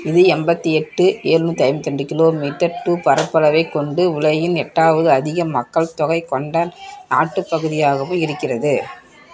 இது எண்பத்தி எட்டு ஏழுநூத்தி ஐம்பத்தி ரெண்டு கிலோமீட்டர் டூ பரப்பளவைக் கொண்டு உலகின் எட்டாவது அதிக மக்கள்தொகை கொண்ட நாட்டுப் பகுதியாகவும் இருக்கிறது